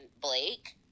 Blake